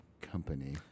company